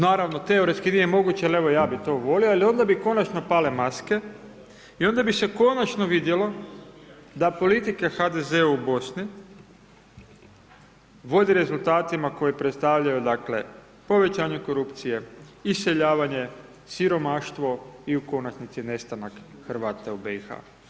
Naravno, teoretski nije moguće, ali ja bih to volio, ali onda bi konačno pale maske i onda bi se konačno vidjelo da politika HDZ-a u Bosni vodi rezultatima koji predstavljaju dakle, povećavanje korupcije, iseljavanje, siromaštvo i u konačnici nestanak Hrvata u BiH.